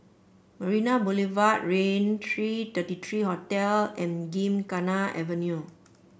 Marina Boulevard Raintr Thirty Three Hotel and Gymkhana Avenue